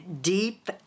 deep